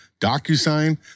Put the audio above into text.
DocuSign